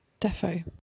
defo